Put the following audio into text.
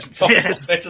Yes